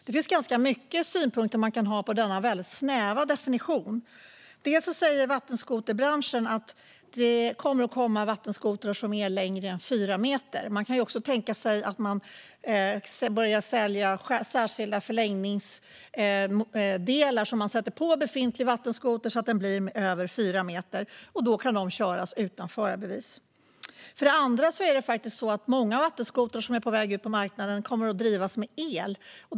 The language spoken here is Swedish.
Det finns ganska många synpunkter man kan ha på denna väldigt snäva definition. Vattenskoterbranschen säger för det första att det kommer att komma vattenskotrar som är längre än fyra meter. Man kan också tänka sig att det börjar säljas särskilda förlängningsdelar som sätts på en befintlig vattenskoter så att den blir över fyra meter. Då kan den köras utan förarbevis. För det andra kommer många vattenskotrar som är på väg ut på marknaden att drivas av el.